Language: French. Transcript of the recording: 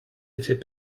effets